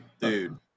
Dude